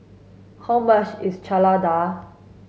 how much is Chana Dal